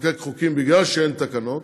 לחוקק חוקים בגלל שאין תקנות,